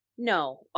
No